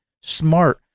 smart